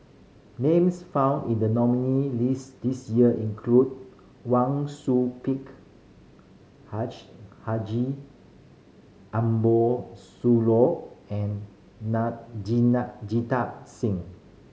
names found in the nominee list this year include Wang Sui Pick Haji Ambo Sooloh and Jita Singh